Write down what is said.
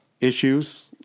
issues